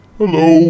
hello